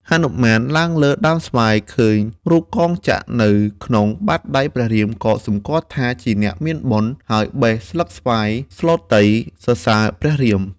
ហនុមាន ឡើងលើដើមស្វាយ ឃើញរូបកងចក្រនៅក្នុង បាតដៃព្រះរាមក៏សម្គាល់ថាជាអ្នកមានបុណ្យ ហើយបេះស្លឹកស្វាយ ស្លុតី (សរសើរ)ព្រះរាម។